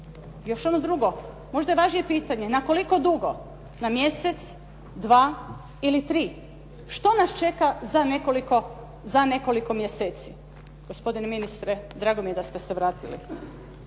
Još ono drugo, možda i važnije pitanje, na koliko dugo? Na mjesec, dva ili tri? Što nas čeka za nekoliko mjeseci? Gospodine ministre, drago mi je da ste se vratili.